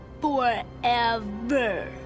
Forever